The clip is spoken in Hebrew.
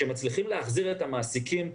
שמצליחים להחזיר את המעסיקים,